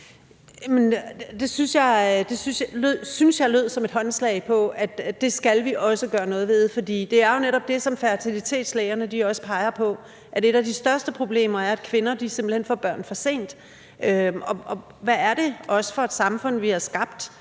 Det synes jeg lød som et håndslag på, at det skal vi også gøre noget ved. For det er jo netop det, som fertilitetslægerne også peger på, altså at et af de største problemer er, at kvinder simpelt hen får børn for sent. Og hvad er det også for et samfund, vi har skabt,